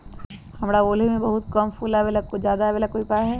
हमारा ओरहुल में बहुत कम फूल आवेला ज्यादा वाले के कोइ उपाय हैं?